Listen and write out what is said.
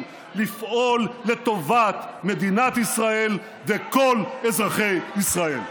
לפעול לטובת מדינת ישראל וכל אזרחי ישראל.